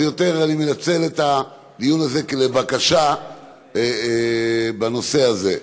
אני יותר מנצל את הדיון הזה לבקשה בנושא הזה.